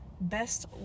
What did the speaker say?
best